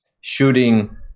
shooting